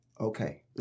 okay